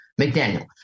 McDaniel